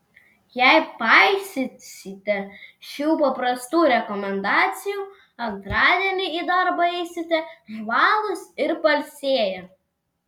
jei paisysite šių paprastų rekomendacijų antradienį į darbą eisite žvalūs ir pailsėję